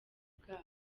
bwabo